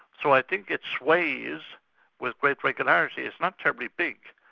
so i think it sways with great regularity, it's not terribly big.